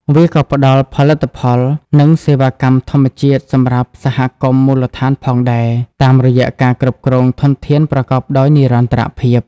វាក៏ផ្តល់ផលិតផល និងសេវាកម្មធម្មជាតិសម្រាប់សហគមន៍មូលដ្ឋានផងដែរ តាមរយៈការគ្រប់គ្រងធនធានប្រកបដោយនិរន្តរភាព។